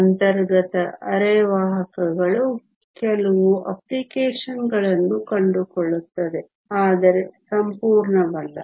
ಅಂತರ್ಗತ ಅರೆವಾಹಕಗಳು ಕೆಲವು ಅಪ್ಲಿಕೇಶನ್ಗಳನ್ನು ಕಂಡುಕೊಳ್ಳುತ್ತವೆ ಆದರೆ ಸಂಪೂರ್ಣವಲ್ಲ